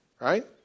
Right